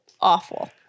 Awful